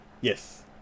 Yes